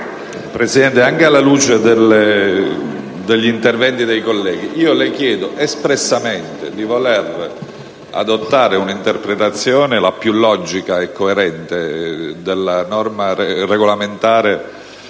Presidente, anche alla luce degli interventi dei colleghi, le chiedo espressamente di voler adottare una interpretazione che sia la più logica e coerente della norma regolamentare